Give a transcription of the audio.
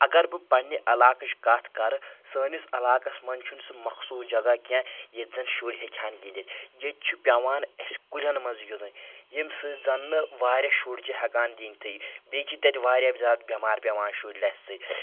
اگر بہٕ پننہِ علاقٕچ کَتھ کرٕ سٲنِس عَلاقَس منٛز چھُ نہٕ سُہ مخصوٗص جگہ کینٛہہ ییٚتہ زن شُرۍ ہیٚکہَن گنٛدِتھ ییٚتہِ چھُ پؠوان اسہِ کُلؠن منٛز گِنٛدُن ییٚمہِ سۭتۍ زن نہٕ واریاہ شُرۍ چھِ ہؠکان گنٛدِتھٕے بیٚیہِ چھِ تتہِ واریاہ زیادٕ بؠمار پیوان شُرۍ لژھِ سۭتۍ